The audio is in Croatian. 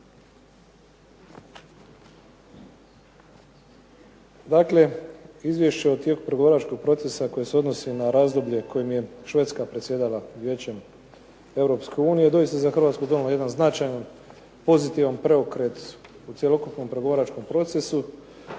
Dakle, Izvješće o tijeku pregovaračkog procesa koje se odnosi na razdoblje kojim je Švedska predsjedala Vijećem EU doista je za Hrvatsku donijela jedan značajan, pozitivan preokret u cjelokupnom pregovaračkom procesu.